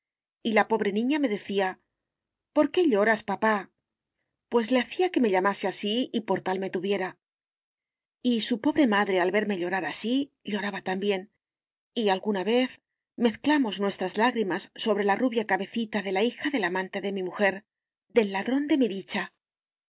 y la pobre niña me decía por qué lloras papá pues le hacía que me llamase así y por tal me tuviera y su pobre madre al verme llorar así lloraba también y alguna vez mezclamos nuestras lágrimas sobre la rubia cabecita de la hija del amante de mi mujer del ladrón de mi dicha